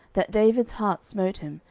that david's heart smote him,